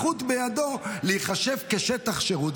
הזכות בידו להיחשב כשטח שירות.